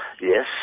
Yes